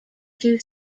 two